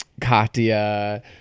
katya